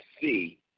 see